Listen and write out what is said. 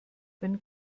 wenn